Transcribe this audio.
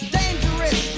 dangerous